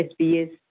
SBS